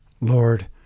Lord